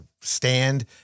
stand